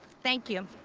thank you.